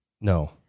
No